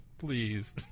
please